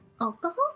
Alcohol